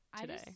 today